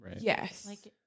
Yes